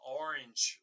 orange